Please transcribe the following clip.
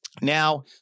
Now